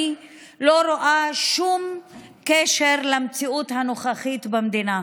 אני לא רואה שום קשר למציאות הנוכחית במדינה.